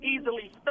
easily